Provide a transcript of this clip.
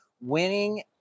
Winning